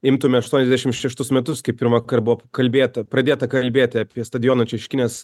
imtume aštuoniasdešim šeštus metus kai pirmąkart buvo kalbėta pradėta kalbėti apie stadiono šeškinės